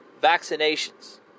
vaccinations